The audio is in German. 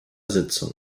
sitzung